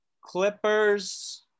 Clippers